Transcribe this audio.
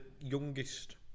youngest